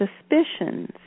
suspicions